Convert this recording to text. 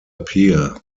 appear